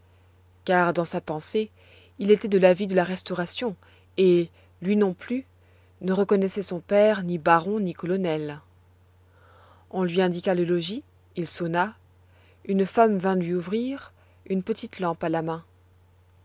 car dans sa pensée il était de l'avis de la restauration et lui non plus ne reconnaissait son père ni baron ni colonel on lui indiqua le logis il sonna une femme vint lui ouvrir une petite lampe à la main